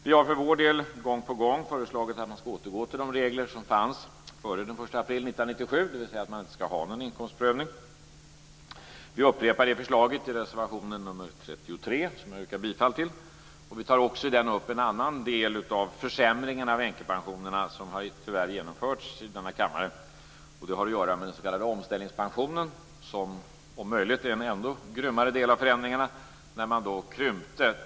Vi har för vår del gång på gång föreslagit att man ska återgå till de regler som fanns före den 1 april 1997, dvs. att man inte ska ha någon inkomstprövning. Vi upprepar det förslaget i reservation nr 33, som jag yrkar bifall till. Vi tar också i den upp en annan del av försämringarna av änkepensionerna som tyvärr har genomförts i denna kammare. Det har att göra med den s.k. omställningspensionen, som om möjligt är en ännu grymmare del av förändringarna.